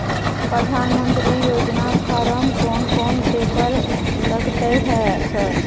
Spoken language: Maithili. प्रधानमंत्री योजना फारम कोन कोन पेपर लगतै है सर?